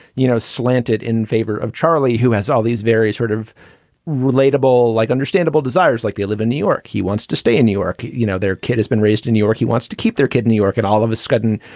you know, slanted in favor of charlie, who has all these various sort of relatable, like understandable desires. like they live in new york. he wants to stay in new york. you know, their kid has been raised in new york. he wants to keep their kid, new york. and all of a sudden,